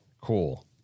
Cool